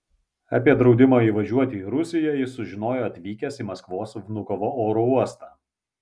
apie draudimą įvažiuoti į rusiją jis sužinojo atvykęs į maskvos vnukovo oro uostą